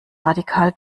radikal